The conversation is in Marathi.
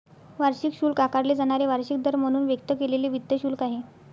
वार्षिक शुल्क आकारले जाणारे वार्षिक दर म्हणून व्यक्त केलेले वित्त शुल्क आहे